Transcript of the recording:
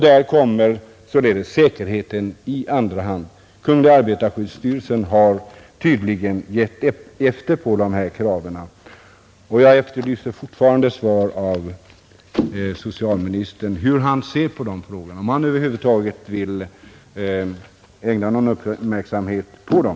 Där kommer således säkerheten i andra hand. Kungl. arbetarskyddsstyrelsen har tydligen gett efter på de här kraven. Jag efterlyser fortfarande besked av social ministern om hur han ser på de här frågorna, om han över huvud taget vill ägna någon uppmärksamhet åt dem.